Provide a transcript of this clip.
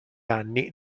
anni